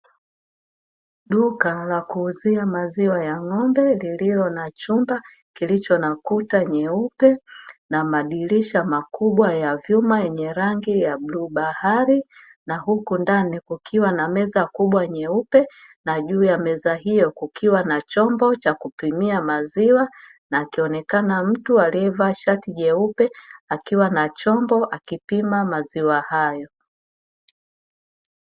Duka la kuuzia maziwa ya Ng'ombe lililo na chumba kilicho na kuta nyeupe na madirisha makubwa ya vyuma yenye rangi ya bluu bahari, na huko ndani kukiwa na meza kubwa nyeupe na Meza hiyo kukiwa na chombo cha kupimia maziwa, na akionekana mtu aliyevaa shati yeupe akiwa na chombo akipima maziwa hayo.